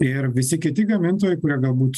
ir visi kiti gamintojai kurie galbūt